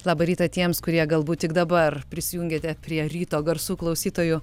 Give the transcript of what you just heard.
labą rytą tiems kurie galbūt tik dabar prisijungėte prie ryto garsų klausytojų